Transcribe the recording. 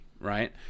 right